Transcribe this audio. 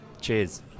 cheers